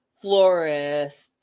florist